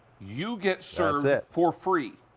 you get served for free.